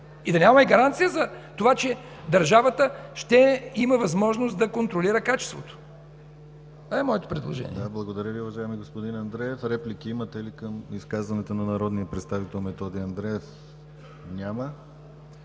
и да нямаме гаранция за това, че държавата ще има възможност да контролира качеството. Това е моето предложение.